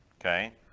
Okay